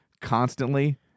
constantly